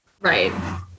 Right